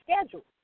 schedule